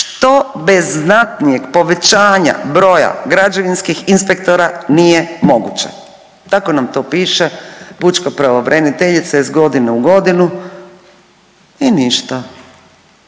što bez znatnijeg povećanja broja građevinskih inspektora nije moguće. Tako nam to piše pučka pravobraniteljica iz godine u godinu i ništa,